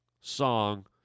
song